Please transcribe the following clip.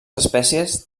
espècies